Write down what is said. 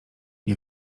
nie